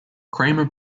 kramer